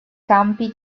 campi